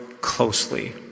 closely